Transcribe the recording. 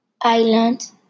island